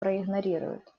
проигнорирует